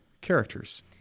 characters